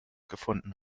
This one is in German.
gefunden